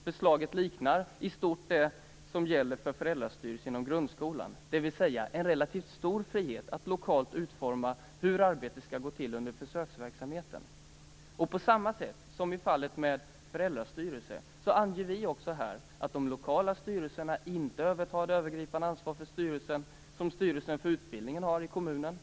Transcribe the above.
Förslaget liknar i stort det som gäller för föräldrastyrelser inom grundskolan, dvs. det ger en relativt stor frihet att lokalt utforma hur arbetet skall gå till under försöksverksamheten. På samma sätt som i fallet med föräldrastyrelser anger vi också här att de lokala styrelserna inte övertar det övergripande ansvaret som styrelsen för utbildningen i kommunen har.